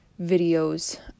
videos